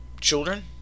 children